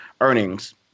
earnings